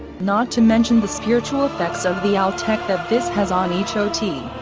not to mention the spiritual effects of the out tech that this has on each ot.